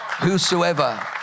whosoever